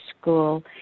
school